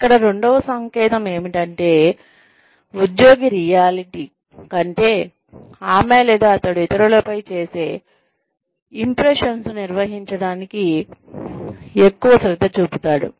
ఇక్కడ రెండవ సంకేతం ఏమిటంటే ఉద్యోగి రియాలిటీ కంటే ఆమె లేదా అతడు ఇతరులపై చేసే ఇంప్రెషన్ను నిర్వహించడానికి ఎక్కువ శ్రద్ధ చూపుతాడు